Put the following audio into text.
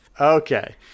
Okay